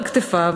על כתפיו,